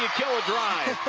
kill ah drive.